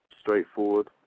Straightforward